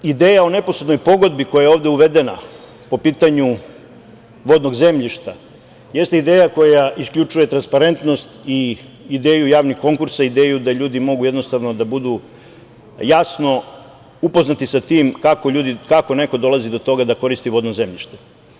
Takođe, ideja o neposrednoj pogodbi koja je ovde uvedena po pitanju vodnog zemljišta jeste ideja koja isključuje transparentnost i ideju javnih konkursa, ideju da ljudi mogu, jednostavno, da budu jasno upoznati sa tim kako neko dolazi do toga da koristi vodno zemljište.